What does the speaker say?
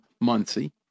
Muncie